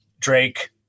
Drake